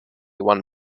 one